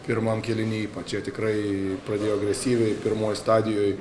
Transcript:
pirmam kėliny ypač jie tikrai pradėjo agresyviai pirmoj stadijoj